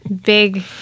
big